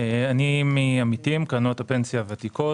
אני מעמיתים, קרנות הפנסיה הוותיקות.